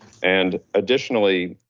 and additionally,